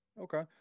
Okay